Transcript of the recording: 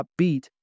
upbeat